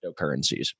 cryptocurrencies